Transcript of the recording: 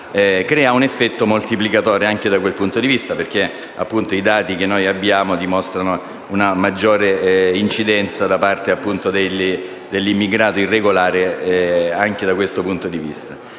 crea un effetto moltiplicatore anche da questo punto di vista, perché i dati che abbiamo dimostrano una maggiore incidenza da parte dell'immigrato irregolare. Quindi c'è